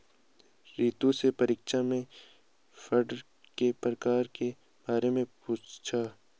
रितु से परीक्षा में फंड के प्रकार के बारे में पूछा